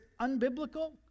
unbiblical